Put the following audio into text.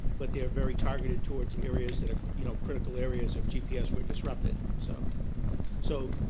but they are very targeted towards areas that are you know critical areas of gps were disrupted. so so